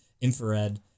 infrared